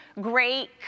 great